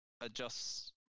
adjusts